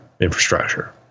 infrastructure